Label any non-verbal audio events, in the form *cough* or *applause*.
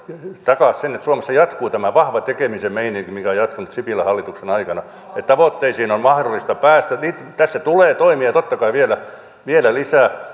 takasi sen että suomessa jatkuu tämä vahva tekemisen meininki mikä on jatkunut sipilän hallituksen aikana tavoitteisiin on mahdollista päästä tässä tulee toimia totta kai vielä lisää *unintelligible*